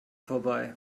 vorbei